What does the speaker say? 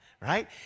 right